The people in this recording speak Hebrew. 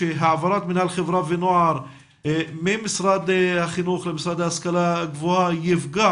שהעברת מינהל חברה ונוער ממשרד החינוך למשרד להשכלה גבוהה יפגע